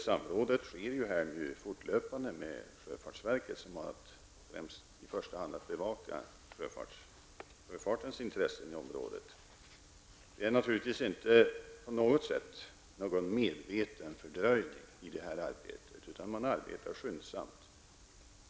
Samråd sker ju fortlöpande med sjöfartsverket, som har att i första hand bevaka sjöfartens intressen i området. Det förekommer naturligtvis inte på något sätt en medveten fördröjning av det här arbetet, utan man arbetar skyndsamt.